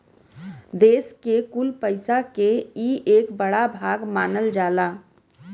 देस के कुल पइसा के ई एक बड़ा भाग मानल जाला